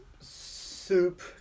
soup